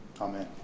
Amen